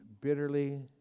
bitterly